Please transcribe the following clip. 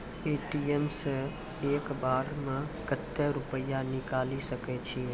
ATM सऽ एक बार म कत्तेक रुपिया निकालि सकै छियै?